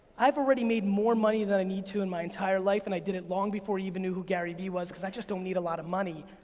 i've already made more money than i need to in my entire life, and i did it long before you even knew who gary vee was, cause i just don't need a lot of money.